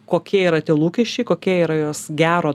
kokie yra tie lūkesčiai kokie yra jos gero